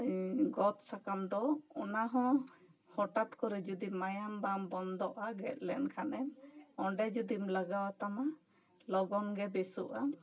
ᱜᱚᱫᱽ ᱥᱟᱠᱟᱢ ᱫᱚ ᱚᱱᱟ ᱦᱚᱸ ᱦᱚᱴᱟᱛ ᱠᱚᱨᱮ ᱡᱩᱫᱤ ᱢᱟᱭᱟᱢ ᱵᱟᱝ ᱵᱚᱱᱫᱚᱜᱼᱟ ᱜᱮᱫ ᱞᱮᱱ ᱠᱷᱟᱱᱮᱢ ᱚᱸᱰᱮ ᱡᱩᱫᱤᱢ ᱞᱟᱜᱟᱣ ᱟᱛᱟᱢᱟ ᱞᱚᱜᱚᱱ ᱜᱮ ᱵᱮᱥᱚᱜᱼᱟ